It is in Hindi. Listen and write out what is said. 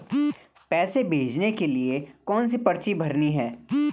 पैसे भेजने के लिए कौनसी पर्ची भरनी है?